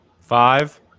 five